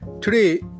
Today